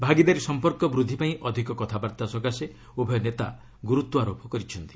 ଭାଗିଦାରୀ ସମ୍ପର୍କ ବୃଦ୍ଧି ପାଇଁ ଅଧିକ କଥାବାର୍ତ୍ତା ସକାଶେ ଉଭୟ ନେତା ଗୁରୁତ୍ୱାରୋପ କରିଛନ୍ତି